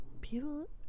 People